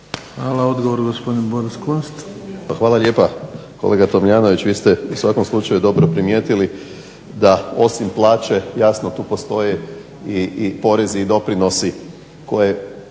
Hvala. Odgovor gospodin Boris Kunst. **Kunst, Boris (HDZ)** Hvala lijepa kolega Tomljanović. Vi ste u svakom slučaju dobro primijetili da osim plaće, jasno tu postoje i porezi i doprinosi koje